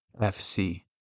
FC